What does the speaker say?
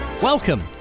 Welcome